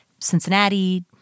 Cincinnati